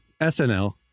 SNL